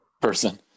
person